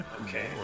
okay